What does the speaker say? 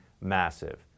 massive